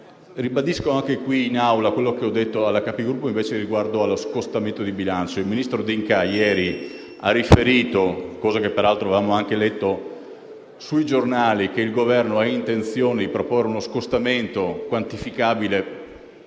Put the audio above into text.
Ribadisco anche qui in Aula quello che ho detto nella Conferenza dei Capigruppo riguardo allo scostamento di bilancio. Il ministro D'Incà ieri ha riferito - cosa che peraltro avevamo anche letto sui giornali - che il Governo ha intenzione di proporre uno scostamento quantificabile